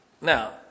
Now